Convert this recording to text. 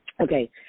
Okay